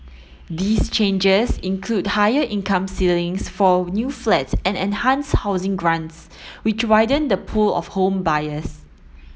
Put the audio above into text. these changes include higher income ceilings for new flats and enhanced housing grants which widen the pool of home buyers